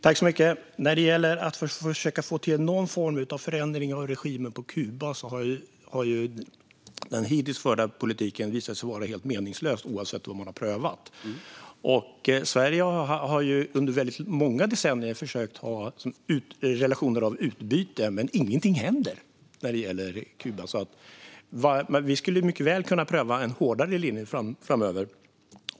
Fru talman! När det gäller att försöka få till någon form av förändring av regimen på Kuba har den hittills förda politiken visat sig vara helt meningslös, oavsett vad man har prövat. Sverige har under många decennier försökt ha relationer av utbyte, men ingenting händer när det gäller Kuba. Vi skulle mycket väl kunna pröva en hårdare linje framöver.